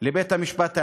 לבית-המשפט העליון,